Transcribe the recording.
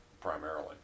primarily